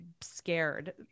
scared